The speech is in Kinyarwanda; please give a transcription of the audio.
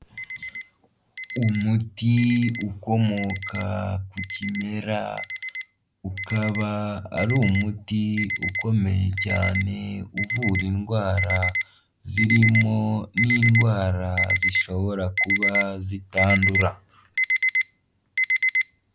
Umuti ukomoka ku kimera, ukaba ari umuti ukomeye cyane, uvura indwara zirimo n'indwara zishobora kuba zitandura.